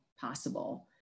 possible